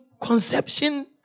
conception